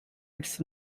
its